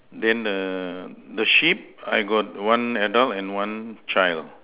then err the sheep I got one adult and one child